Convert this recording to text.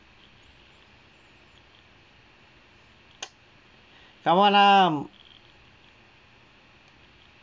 come on lah